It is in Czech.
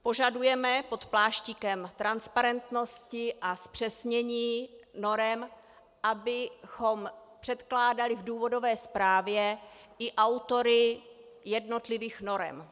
Požadujeme pod pláštíkem transparentnosti a zpřesnění norem, abychom předkládali v důvodové zprávě i autory jednotlivých norem.